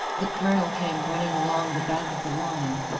the colonel came running along the back of the line.